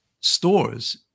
stores